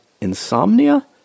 insomnia